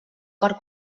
per